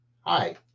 Hi